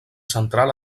central